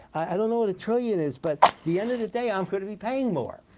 i don't know what a trillion is but the end of the day, i'm going to be paying more.